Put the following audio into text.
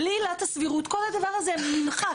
בלי עילת הסבירות כל הדבר הזה נמחק,